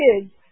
kids